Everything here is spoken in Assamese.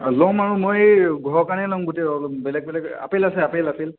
ল'ম আৰু মই এই ঘৰৰ কাৰণে ল'ম গোটেই বেলেগ বেলেগ আপেল আছে আপেল আপেল